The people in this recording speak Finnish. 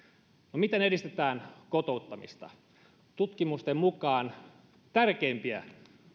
no miten edistetään kotouttamista tutkimusten mukaan tärkeimpiä